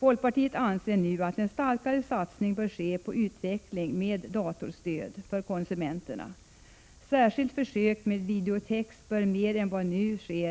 Folkpartiet anser nu att en starkare satsning bör ske på utveckling med datorstöd för konsumenterna. Särskilt försök med videotex bör kunna startas mer än vad som nu sker.